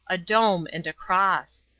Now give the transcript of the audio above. a dome and a cross.